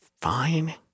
fine